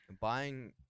buying